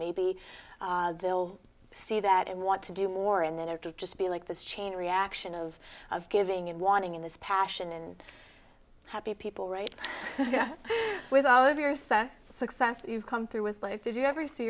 maybe they'll see that and want to do more and then it would just be like this chain reaction of of giving and wanting in this passion and happy people right now with all of your success that you've come through with life did you ever see